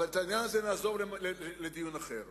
אבל את העניין הזה נעזוב לדיון אחר.